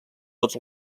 tots